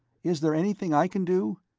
is there anything i can do?